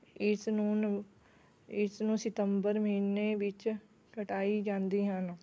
ਇਸ ਨੂੰ ਨਵ ਇਸ ਨੂੰ ਸਿਤੰਬਰ ਮਹੀਨੇ ਵਿੱਚ ਕਟਾਈ ਜਾਂਦੀ ਹਨ